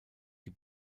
die